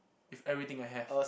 if everything I have